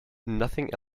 nothing